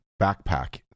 Backpack